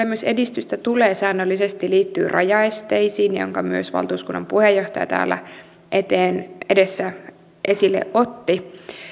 myös edistystä tulee säännöllisesti liittyy rajaesteisiin jotka myös valtuuskunnan puheenjohtaja täällä edessä esille otti